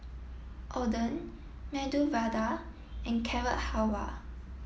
Oden Medu Vada and Carrot Halwa